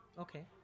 Okay